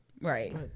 Right